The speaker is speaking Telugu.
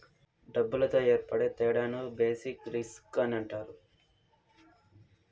డబ్బులతో ఏర్పడే తేడాను బేసిక్ రిస్క్ అని అంటారు